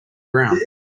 ground